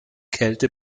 kälte